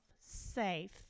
safe